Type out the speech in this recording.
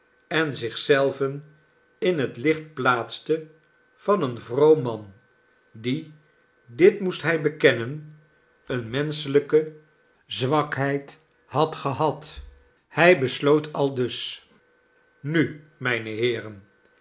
en zich zelven in het licht plaatste van een vroom man die dit moest hij bekennen eene menschelijke zwakheid had gehad hij besloot aldus nu mijne heeren